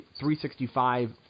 365